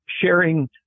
sharing